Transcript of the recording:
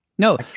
No